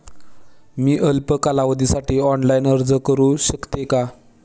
मी अल्प कालावधीसाठी ऑनलाइन अर्ज करू शकते का?